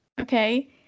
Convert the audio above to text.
okay